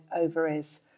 ovaries